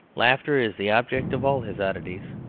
laughter is the object of all his oddities.